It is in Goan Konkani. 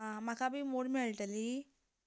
आं म्हाका बी मोड मेळटली